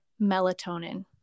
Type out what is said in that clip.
melatonin